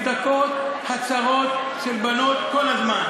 ונבדקות הצהרות של בנות כל הזמן.